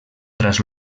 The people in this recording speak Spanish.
tras